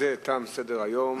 בזה תם סדר-היום.